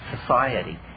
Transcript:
society